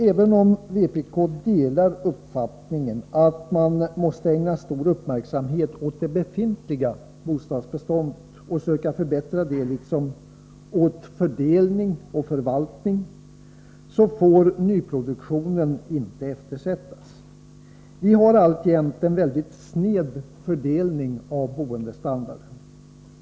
Även om vpk delar uppfattningen att man måste ägna stor uppmärksamhet åt det befintliga bostadsbeståndet och försöka förbättra detta, liksom åt fördelning och förvaltning, får nyproduktionen inte eftersättas. Vi har alltjämt en mycket sned fördelning av boendestandarden.